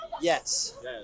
Yes